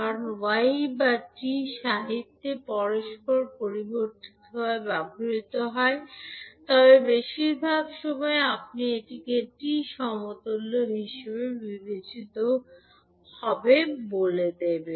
কারণ Y বা T সাহিত্যে পরস্পর পরিবর্তিতভাবে ব্যবহৃত হয় তবে বেশিরভাগ সময় আপনি এটি টি সমতুল্য হিসাবে বিবেচিত হবে বলে দেবে